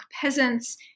peasants